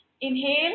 Inhale